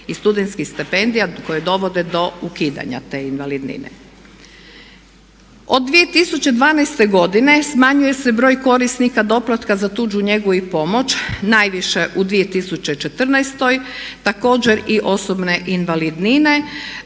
i studentskih stipendija koje dovode do ukidanja te invalidnine. Od 2012. godine smanjuje se broj korisnika doplatka za tuđu njegu i pomoć, najviše u 2014., također i osobne invalidnine.